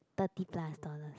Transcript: thirty plus dollars